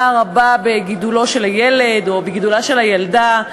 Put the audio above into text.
רבה בגידולו של הילד או בגידולה של הילדה,